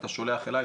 אתה שולח אליי,